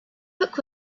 book